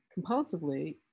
compulsively